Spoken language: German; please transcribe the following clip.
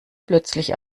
plötzlich